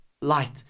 light